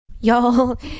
Y'all